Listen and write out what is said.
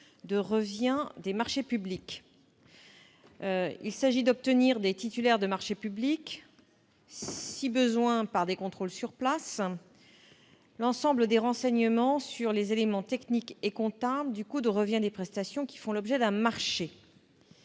de revient des marchés publics. Il s'agit d'obtenir des titulaires de marchés publics, si besoin par des contrôles sur place, l'ensemble des renseignements sur les éléments techniques et comptables du coût de revient des prestations qui font l'objet d'un marché.